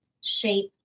Shape